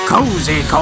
Cozy